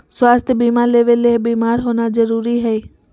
स्वास्थ्य बीमा लेबे ले बीमार होना जरूरी हय?